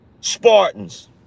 Spartans